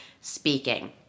speaking